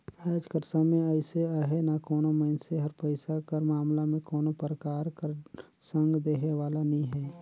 आएज कर समे अइसे अहे ना कोनो मइनसे हर पइसा कर मामला में कोनो परकार कर संग देहे वाला नी हे